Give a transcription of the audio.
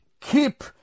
keep